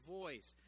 voice